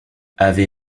ave